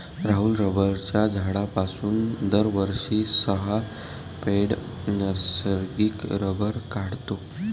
राहुल रबराच्या झाडापासून दरवर्षी सहा पौंड नैसर्गिक रबर काढतो